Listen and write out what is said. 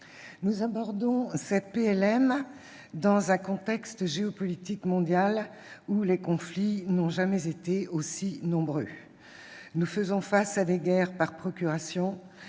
programmation militaire dans un contexte géopolitique mondial où les conflits n'ont jamais été aussi nombreux. Nous faisons face à des guerres par procuration,